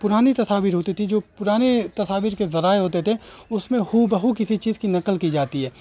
پرانی تصاویر ہوتی تھی جو پرانے تصاویر کے ذرائع ہوتے تھے اس میں ہو بہ ہو کسی چیز کی نقل کی جاتی ہے